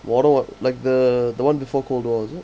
modern war~ like the the one before cold war is it